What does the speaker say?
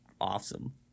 awesome